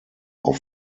auf